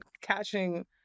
catching